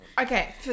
okay